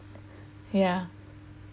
ya